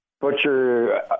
butcher